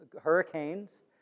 hurricanes